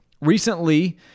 Recently